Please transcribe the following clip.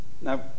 Now